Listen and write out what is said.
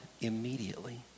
immediately